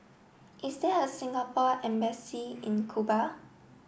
is there a Singapore embassy in Cuba